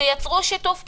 ותייצרו שיתוף פעולה,